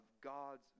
God's